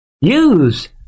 use